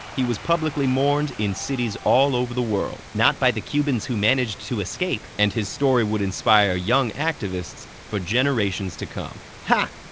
he was publicly mourned in cities all over the world. not by the cubans who managed to escape. and his story would inspire young activists for generations to come. ha.